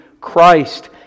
Christ